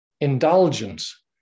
indulgence